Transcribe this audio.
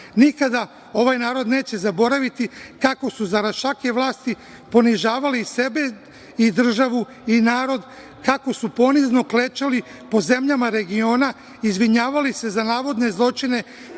Nikada ovaj narod neće zaboraviti kako su zarad šake vlasti ponižavali sebe i državu i narod, kako su ponizno klečali po zemljama regiona, izvinjavali se za navodne zločine